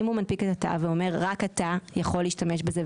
אם הוא מנפיק את התו ואומר: רק אתה יכול להשתמש בזה,